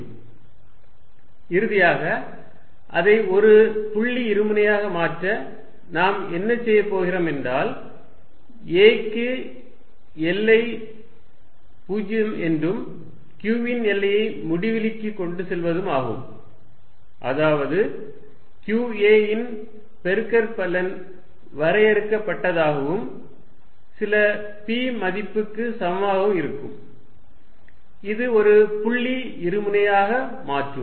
p2qaz இறுதியாக அதை ஒரு புள்ளி இருமுனையாக மாற்ற நாம் என்ன செய்யப் போகிறோம் என்றால் 'a' க்கு எல்லை 0 என்றும் q வின் எல்லையை முடிவிலிக்கு கொண்டு செல்வதும் ஆகும் அதாவது q a இன் பெருக்கற்பலன் வரையறுக்கப்பட்டதாகவும் சில p மதிப்புக்கு சமமாகவும் இருக்கும் இது ஒரு புள்ளி இருமுனையாக மாற்றும்